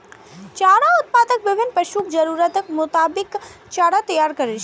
चारा उत्पादक विभिन्न पशुक जरूरतक मोताबिक चारा तैयार करै छै